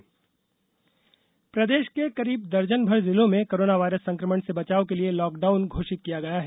corona प्रदेश प्रदेश के करीब दर्जनभर जिलों में कोरोना वायरस संकमण से बचाव के लिए लॉकडाउन घोषित किया गया है